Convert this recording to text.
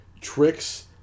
tricks